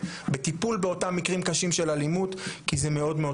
בטיפול באותם מקרים קשים של אלימות כי זה מאוד,